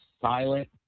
silent